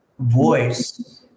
Voice